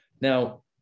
Now